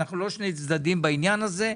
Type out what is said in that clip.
אנחנו לא שני צדדים בעניין הזה,